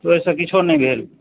ओहिसँ किछु नहि भेल